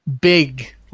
big